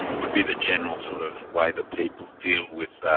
would be the general sort of way that people deal with